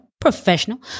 professional